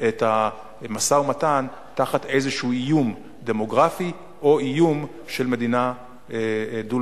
את המשא-ומתן תחת איזה איום דמוגרפי או איום של מדינה דו-לאומית.